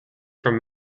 from